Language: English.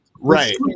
right